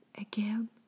again